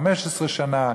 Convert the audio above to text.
15 שנה,